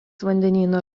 vandenyno